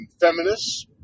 feminists